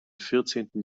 vierzehnten